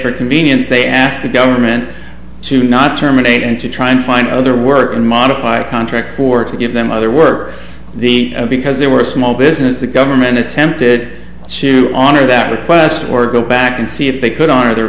for convenience they asked the government to not terminate and to try and find other work and modify a contract for it to give them other work the because they were small business the government attempted to honor that request or go back and see if they could honor the